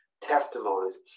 testimonies